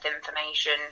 information